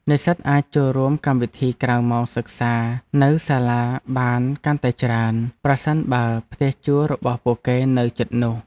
និស្សិតអាចចូលរួមកម្មវិធីក្រៅម៉ោងសិក្សានៅសាលាបានកាន់តែច្រើន ប្រសិនបើផ្ទះជួលរបស់ពួកគេនៅជិតនោះ។